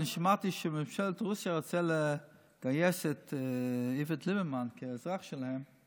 אני שמעתי שממשלת רוסיה רוצה לגייס את איווט ליברמן כאזרח שלהם.